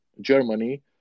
Germany